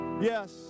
yes